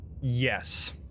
yes